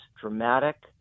dramatic